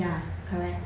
ya correct